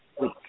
week